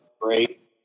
great